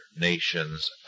nations